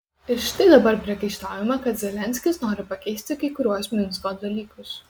ir štai dabar priekaištaujama kad zelenskis nori pakeisti kai kuriuos minsko dalykus